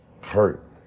hurt